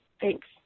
Thanks